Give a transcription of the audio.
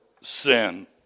sin